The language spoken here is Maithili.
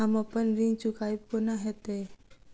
हम अप्पन ऋण चुकाइब कोना हैतय?